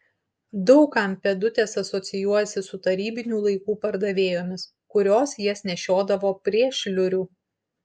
daug kam pėdutės asocijuojasi su tarybinių laikų pardavėjomis kurios jas nešiodavo prie šliurių